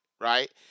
right